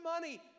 money